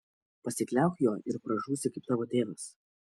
pasikliauk juo ir pražūsi kaip tavo tėvas